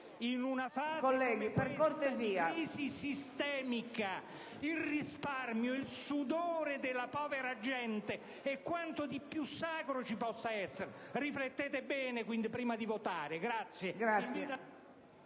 in una fase di crisi sistemica come questa, il risparmio e il sudore della povera gente sono quanto di più sacro ci possa essere. Riflettete bene prima di votare.